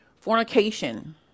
fornication